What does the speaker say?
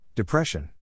Depression